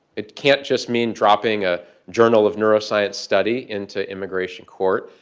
it can't just mean dropping a journal of neuroscience study into immigration court.